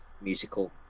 musical